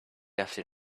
after